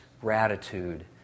gratitude